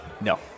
No